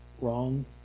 Wrong